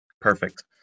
Perfect